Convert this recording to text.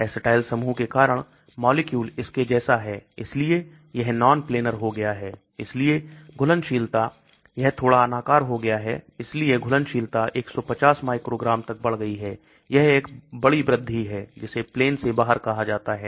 Acetyl समूहों के कारण मॉलिक्यूल इसके जैसा है इसलिए यह non planar हो गया है इसलिए घुलनशीलता यह थोड़ा अनाकार हो गया है इसलिए घुलनशीलता 150 माइक्रोग्राम तक बढ़ गई है यह एक बड़ी वृद्धि है जिसे plane से बाहर कहां जाता है